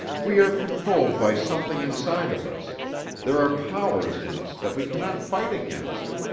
we are controlled by something inside of us there are powers in us that we cannot fight against.